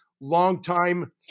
longtime